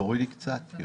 תערוכות.